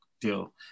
deal